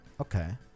Okay